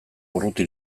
urruti